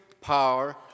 power